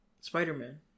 Spider-Man